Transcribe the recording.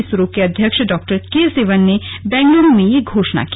इसरो के अध्यक्ष डॉ के सिवन ने बंगलूरू में यह घोषणा की थी